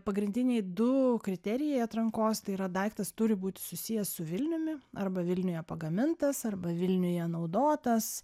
pagrindiniai du kriterijai atrankos tai yra daiktas turi būti susijęs su vilniumi arba vilniuje pagamintas arba vilniuje naudotas